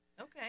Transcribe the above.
Okay